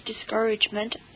discouragement